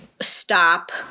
stop